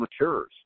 matures